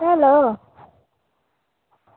चलो